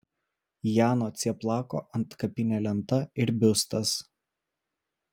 jano cieplako antkapinė lenta ir biustas